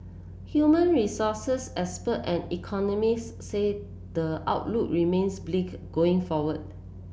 human resources expert and economists say the outlook remains bleak going forward